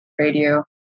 radio